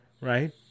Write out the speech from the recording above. right